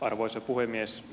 arvoisa puhemies